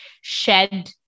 shed